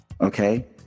okay